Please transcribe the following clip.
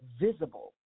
visible